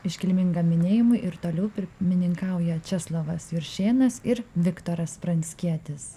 iškilmingam minėjimui ir toliau pirmininkauja česlovas juršėnas ir viktoras pranckietis